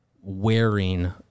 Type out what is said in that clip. wearing